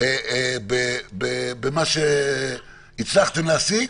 במה שהצלחתם להשיג,